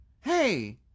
Hey